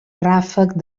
ràfec